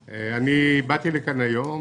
באתי לכאן היום